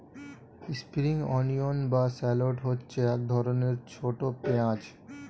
spring onion বা shallot হচ্ছে এক ধরনের ছোট পেঁয়াজ